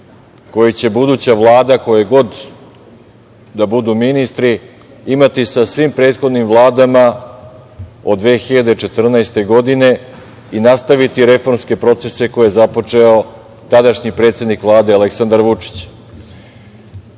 koji će buduća Vlada, koji god da budu ministri, imati sa svim prethodnim vladama od 2014. godine i nastaviti reformske procese koje je započeo tadašnji predsednik Vlade, Aleksandar Vučić. Ipak